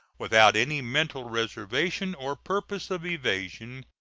without any mental reservation or purpose of evasion,